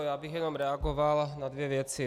Já bych jen reagoval na dvě věci.